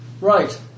right